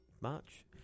March